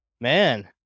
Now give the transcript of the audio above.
man